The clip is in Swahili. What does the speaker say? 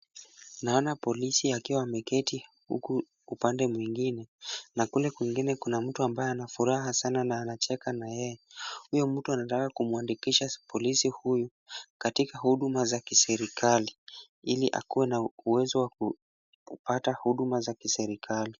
Naona polisi akiwa ameketi huku upande mwingine na kule kwingine kuna mtu ambaye ako na furaha sana na anacheka na yeye. Huyo mtu anataka kumwandikisha polisi huyu katika huduma za kiserikali ili akuwe na uwezo wa kupata huduma za kiserikali.